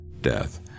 death